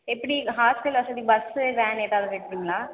எப்படி ஹாஸ்ட்டல் வசதி bus van ஏதாவது இருக்குதுங்களா